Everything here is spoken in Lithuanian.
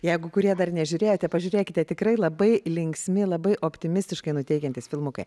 jeigu kurie dar nežiūrėjote pažiūrėkite tikrai labai linksmi labai optimistiškai nuteikiantys filmukai